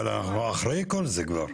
אבל אנחנו אחרי כל זה כבר.